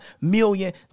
million